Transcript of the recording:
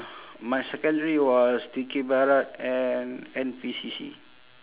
my secondary was dikir barat and N_P_C_C